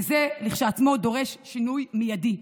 וזה כשלעצמו דורש שינוי מיידי,